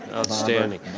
outstanding.